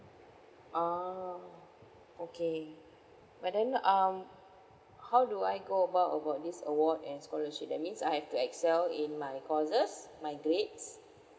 orh okay but then um how do I go about about this award and scholarship that means I have to excel in my courses my grades